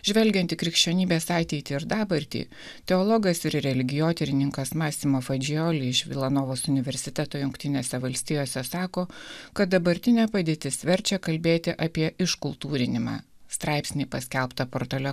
žvelgianti krikščionybės ateitį ir dabartį teologas ir religijotyrininkas masimo fadžioli iš vila novos universiteto jungtinėse valstijose sako kad dabartinė padėtis verčia kalbėti apie iškultūrinimą straipsnį paskelbtą portale